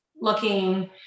looking